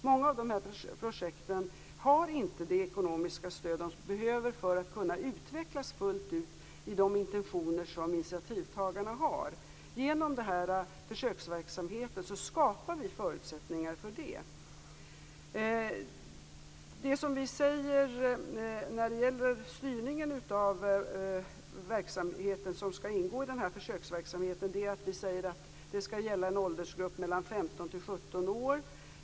Många av projekten har inte det ekonomiska stöd de behöver för att kunna utvecklas fullt ut enligt de intentioner som initiativtagarna har. Genom försöksverksamheten skapar vi förutsättningar för det. Så till styrningen av den verksamhet som skall ingå i försöksverksamheten. Vi säger att det skall gälla åldersgruppen mellan 15 och 17 år.